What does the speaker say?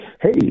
hey